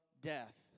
death